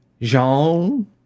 Jean